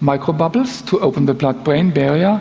microbubbles to open the blood-brain barrier,